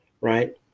Right